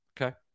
Okay